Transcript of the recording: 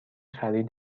خرید